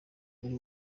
muri